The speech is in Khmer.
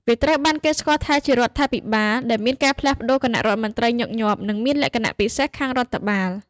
វាត្រូវបានគេស្គាល់ថាជារដ្ឋាភិបាលដែលមានការផ្លាស់ប្តូរគណៈរដ្ឋមន្ត្រីញឹកញាប់ និងមានលក្ខណៈពិសេសខាងរដ្ឋបាល។